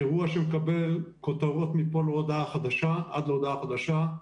אירוע שמקבל כותרות מפה עד להודעה חדשה,